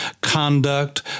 conduct